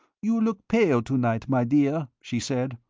you look pale to-night, my dear, she said.